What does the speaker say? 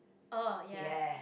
oh ya